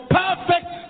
perfect